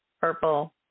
purple